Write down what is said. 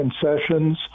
concessions